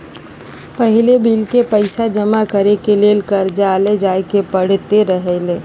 पहिले बिल के पइसा जमा करेके लेल कर्जालय जाय के परैत रहए